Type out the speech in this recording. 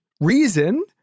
reason